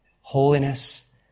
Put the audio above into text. Holiness